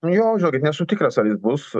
nu jo žinokit nesu tikras ar jis bus